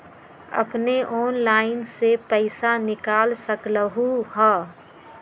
अपने ऑनलाइन से पईसा निकाल सकलहु ह?